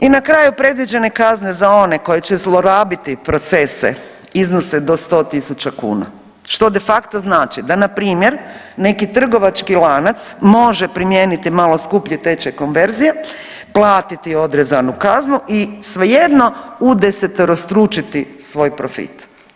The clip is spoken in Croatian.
I na kraju predviđene kazne za one koji će zlorabiti procese iznose do 100.000 kuna što de facto znači da npr. neki trgovački lanac može primijeniti malo skuplji tečaj konverzije, platiti odrezanu kaznu i svejedno udeseterostručiti svoj profit.